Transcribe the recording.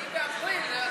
כי באפריל כל השכר,